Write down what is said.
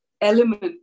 element